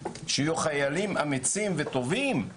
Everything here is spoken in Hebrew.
שיהיו חיילים אמיצים וטובים?